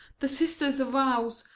the sisters' vows,